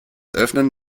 öffnen